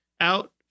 out